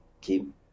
keep